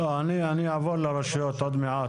לא, אני אעבור לרשויות עוד מעט.